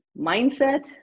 mindset